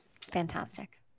Fantastic